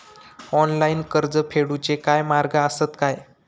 Online कर्ज फेडूचे काय मार्ग आसत काय?